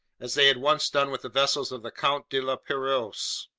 as they had once done with the vessels of the count de la perouse.